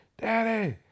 Daddy